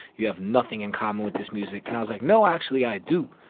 you have nothing in common with this music. and i was like, no, actually, i do.